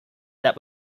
that